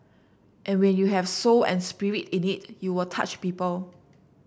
and when you have soul and spirit in it you will touch people